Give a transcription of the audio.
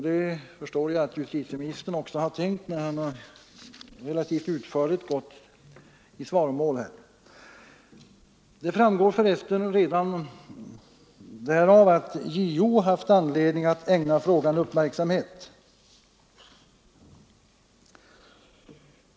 Det förstår jag att justitieministern också har tänkt när han relativt utförligt gått i svaromål. Det framgår för resten redan därav att JO haft anledning att ägna frågan uppmärksamhet.